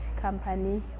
company